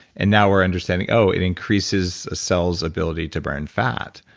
and now we're understanding, oh, it increases a cell's ability to burn fat,